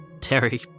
Terry